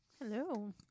hello